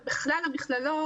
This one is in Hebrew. ובכלל המכללות,